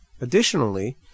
Additionally